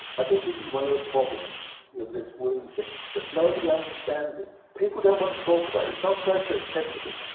i think this is one of the problems with this wound thing, that nobody understands it. people don't want to talk about it, it's not socially acceptable.